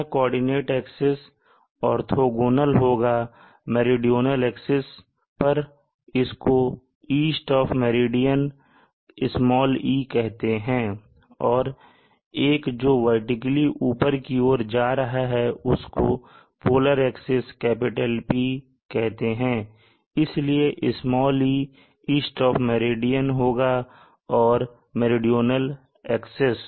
यह coordinate axis orthogonal होगा meridional axis पर इसको ईस्ट ऑफ मेरिडियन "e" कहते हैं और एक जो वर्टिकली ऊपर की ओर जा रहा है उसको पोलर एक्सिस P कहते हैं इसलिए यह "e" ईस्ट ऑफ मेरिडियन होगा और यह मेरीडोनल एक्सिस